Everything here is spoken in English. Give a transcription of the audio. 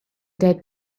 dead